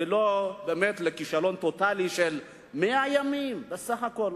ולא באמת לכישלון טוטלי ב-100 ימים בסך הכול,